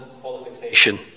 qualification